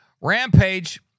Rampage